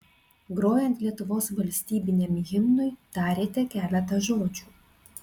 grojant lietuvos valstybiniam himnui tarėte keletą žodžių